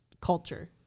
culture